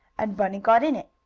and bunny got in it,